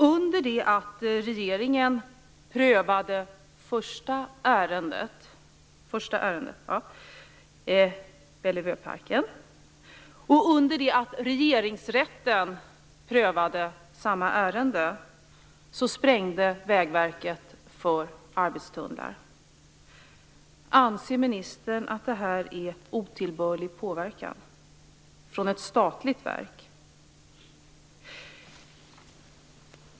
Under det att regeringen prövade första ärendet - Bellevueparken - och under det att Regeringsrätten prövade samma ärende sprängde Vägverket för arbetstunnlar. Anser ministern att detta är otillbörlig påverkan från ett statligt verk?